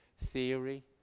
theory